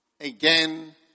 again